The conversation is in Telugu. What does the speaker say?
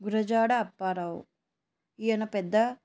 గురజాడ అప్పారావు ఈయన పెద్ద